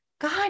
God